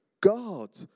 God